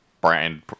brand